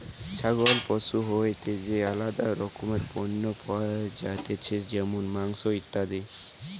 ছাগল পশু হইতে যে আলাদা রকমের পণ্য পাওয়া যাতিছে যেমন মাংস, ইত্যাদি